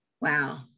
Wow